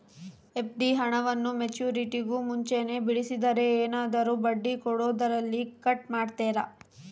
FD ಹಣವನ್ನು ಮೆಚ್ಯೂರಿಟಿಗೂ ಮುಂಚೆನೇ ಬಿಡಿಸಿದರೆ ಏನಾದರೂ ಬಡ್ಡಿ ಕೊಡೋದರಲ್ಲಿ ಕಟ್ ಮಾಡ್ತೇರಾ?